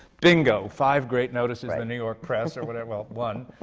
bingo! five great notices in the new york press, or whatever well, one.